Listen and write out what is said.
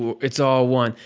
it's all one.